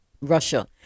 Russia